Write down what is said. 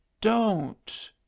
don't